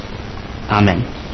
Amen